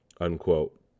unquote